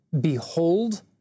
behold